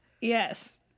Yes